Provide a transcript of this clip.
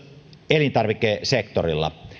elintarvikesektorilla